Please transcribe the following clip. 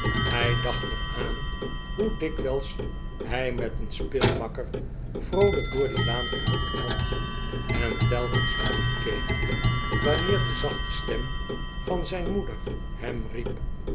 hij dacht er aan hoe dikwijls hij met een speelmakker vroolijk door die laan gehuppeld had en telkens omgekeken wanneer de zachte stem van zijn moeder hem riep